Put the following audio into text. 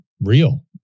real